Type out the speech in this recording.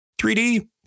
3D